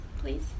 please